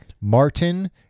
Martin